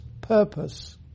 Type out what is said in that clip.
purpose